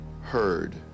heard